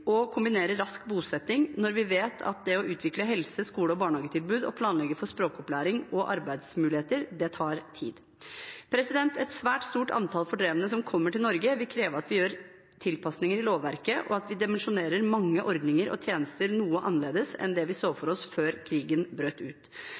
rask bosetting når vi vet at det å utvide helse-, skole- og barnehagetilbud og å planlegge for språkopplæring og arbeidsmuligheter tar tid. Et svært stort antall fordrevne som kommer til Norge, vil kreve at vi gjør tilpassinger i lovverket, og at vi dimensjonerer mange ordninger og tjenester noe annerledes enn vi så for